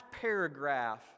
paragraph